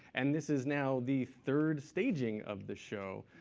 and this is now the third staging of the show,